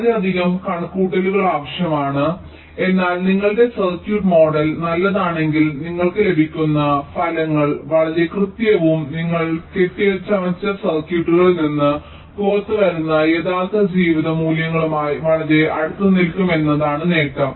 വളരെയധികം കണക്കുകൂട്ടൽ ആവശ്യമാണ് എന്നാൽ നിങ്ങളുടെ സർക്യൂട്ട് മോഡൽ നല്ലതാണെങ്കിൽ നിങ്ങൾക്ക് ലഭിക്കുന്ന ഫലങ്ങൾ വളരെ കൃത്യവും നിങ്ങൾ കെട്ടിച്ചമച്ച സർക്യൂട്ടുകളിൽ നിന്ന് പുറത്തുവരുന്ന യഥാർത്ഥ ജീവിത മൂല്യങ്ങളുമായി വളരെ അടുത്തുനിൽക്കും എന്നതാണ് നേട്ടം